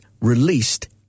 released